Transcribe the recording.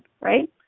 right